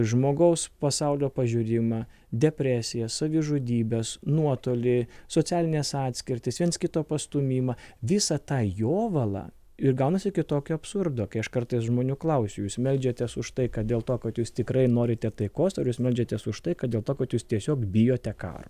žmogaus pasaulio pažiūrimą depresiją savižudybes nuotolį socialines atskirtis viens kito pastūmimą visą tą jovalą ir gaunasi iki tokio absurdo kai aš kartais žmonių klausiu jūs meldžiatės už tai kad dėl to kad jūs tikrai norite taikos ar jūs meldžiatės už tai kad dėl to kad jūs tiesiog bijote karo